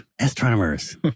astronomers